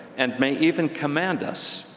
and may even command us,